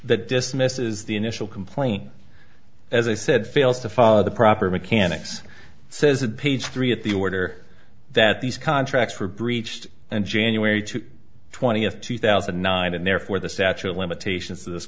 that dismisses the initial complaint as i said failed to follow the proper mechanics says a page three at the order that these contracts were breached and january two twentieth two thousand and nine and therefore the statute of limitations t